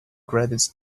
credits